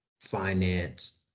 finance